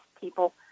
people